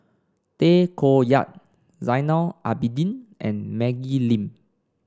Tay Koh Yat Zainal Abidin and Maggie Lim